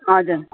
हजुर